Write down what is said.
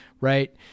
Right